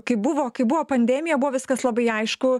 kaip buvo kai buvo pandemija buvo viskas labai aišku